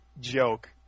joke